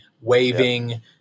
waving